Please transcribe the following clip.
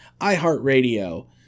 iHeartRadio